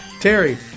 Terry